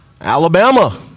Alabama